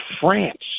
France